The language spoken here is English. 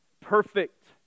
perfect